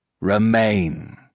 remain